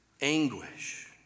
anguish